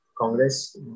Congress